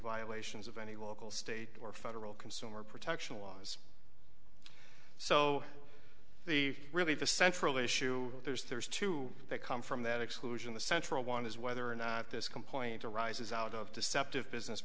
violations of any local state or federal consumer protection laws so the really the central issue there's there's two that come from that exclusion the central one is whether or not this complaint arises out of deceptive business